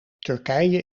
turkije